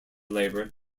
labor